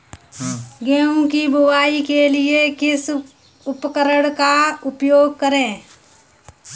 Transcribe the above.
गेहूँ की बुवाई के लिए किस उपकरण का उपयोग करें?